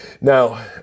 Now